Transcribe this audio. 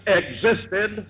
existed